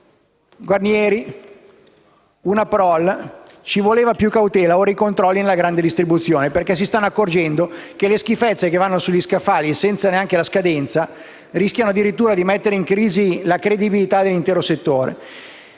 Granieri, ha detto: «Ci voleva più cautela. Ora più controlli nella grande distribuzione». Si stanno infatti accorgendo che le schifezze che vanno sugli scaffali senza neanche la scadenza rischiano addirittura di mettere in crisi la credibilità dell'intero settore.